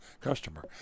customer